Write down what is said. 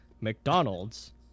mcdonald's